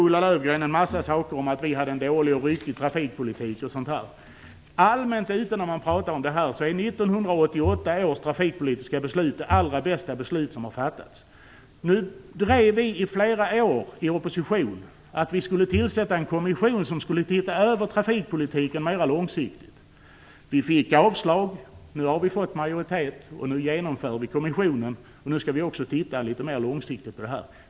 Ulla Löfgren sade en massa om att vi har en dålig och ryckig trafikpolitik. När man pratar om detta ute märker man att det är en allmän uppfattning att 1988 års trafikpolitiska beslut är det allra bästa beslut som har fattats. Vi drev i flera år i opposition kravet på att det skulle tillsättas en kommission som skulle se över trafikpolitiken mera långsiktigt. Vi fick avslag. Nu har vi fått majoritet, och nu genomför vi kommissionen. Nu skall vi också titta litet mer långsiktigt på frågan.